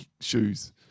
shoes